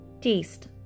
Taste